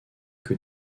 que